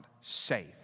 safe